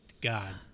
God